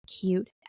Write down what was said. cute